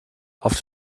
auf